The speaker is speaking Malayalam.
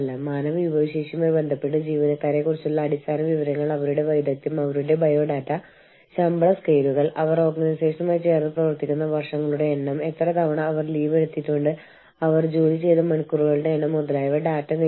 അതിനാൽ ഈ ഓർഗനൈസേഷനുകൾ എവിടെയാണ് സ്ഥിതി ചെയ്യുന്നതെന്ന് നമ്മൾ സംസാരിക്കുമ്പോൾ ഈ ഓർഗനൈസേഷനുകളുടെ പ്രവർത്തനങ്ങളെ നിയന്ത്രിക്കുന്ന ഓർഗനൈസേഷനുകളെക്കുറിച്ച് നമ്മൾ സംസാരിക്കുന്നു